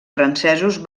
francesos